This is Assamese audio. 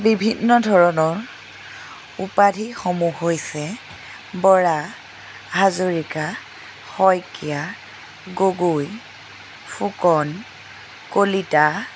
বিভিন্ন ধৰণৰ উপাধিসমূহ হৈছে বৰা হাজৰিকা শইকীয়া গগৈ ফুকন কলিতা